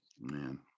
Man